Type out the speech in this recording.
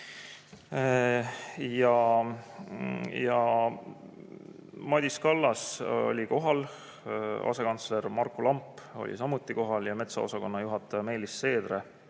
Madis Kallas oli kohal, asekantsler Marku Lamp oli samuti kohal ja metsaosakonna juhataja Meelis Seedre